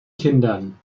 kindern